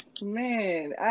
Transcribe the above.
Man